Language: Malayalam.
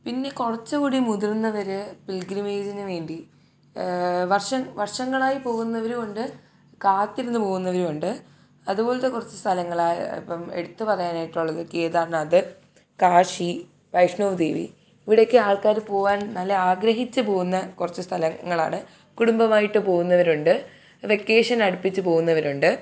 പിന്നെ കുറച്ചുകൂടി മുതിർന്നവർ പിൽഗ്രിമേജിന് വേണ്ടി വർഷം വർഷങ്ങളായി പോകുന്നവരും ഉണ്ട് കാത്തിരുന്ന് പോകുന്നവരും ഉണ്ട് അതുപോലത്തെ കുറച്ച് സ്ഥലങ്ങൾ ഇപ്പം എടുത്ത് പറയാനായിട്ടുള്ളത് കേദാർനാഥ് കാശി വൈഷ്ണവ്ദേവി ഇവിടെയൊക്കെ ആൾക്കാർ പോകാൻ നല്ല ആഗ്രഹിച്ച് പോകുന്ന കുറച്ച് സ്ഥലങ്ങളാണ് കുടുംബമായിട്ട് പോകുന്നവരുണ്ട് വെക്കേഷൻ അടുപ്പിച്ച് പോകുന്നവരുണ്ട്